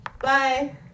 bye